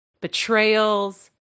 betrayals